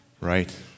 Right